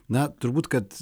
na turbūt kad